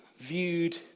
viewed